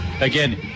again